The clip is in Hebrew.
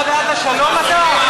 אתה בעד השלום אתה?